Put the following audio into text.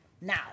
now